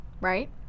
right